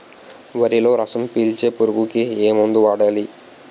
వరిలో రసం పీల్చే పురుగుకి ఏ మందు వాడాలి?